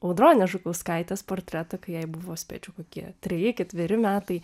audronės žukauskaitės portretą kai jai buvo spėčiau kokie treji ketveri metai